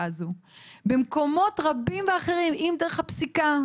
הזאת במקומות אחרים רבים - אם דרך הפסיקה,